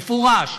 מפורש.